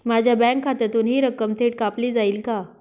माझ्या बँक खात्यातून हि रक्कम थेट कापली जाईल का?